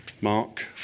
Mark